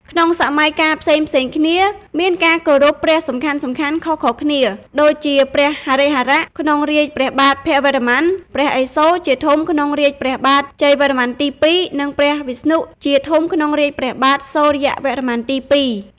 ក្នុងសម័យកាលផ្សេងៗគ្នា មានការគោរពព្រះសំខាន់ៗខុសៗគ្នា ដូចជា ព្រះហរិហរៈ ក្នុងរាជ្យព្រះបាទភវរ្ម័ន, ព្រះឥសូរ ជាធំក្នុងរាជ្យព្រះបាទជ័យវរ្ម័នទី២ និង ព្រះវិស្ណុ ជាធំក្នុងរាជ្យព្រះបាទសូរ្យវរ្ម័នទី២។